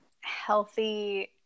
healthy